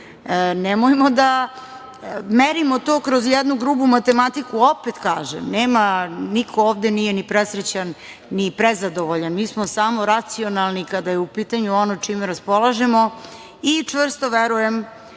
Nemojmo da merimo to kroz jednu grubu matematiku, opet kažem, niko ovde nije ni presrećan, ni prezadovoljan, mi smo samo racionalni kada je u pitanju ono čime raspolažemo i čvrsto verujem